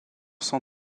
son